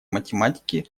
математики